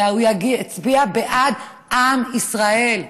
אלא נצביע בעד עם ישראל,